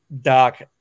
Doc